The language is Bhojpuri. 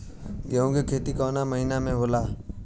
गेहूँ के खेती कवना महीना में होला?